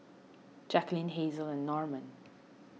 Jaqueline Hazelle and Norman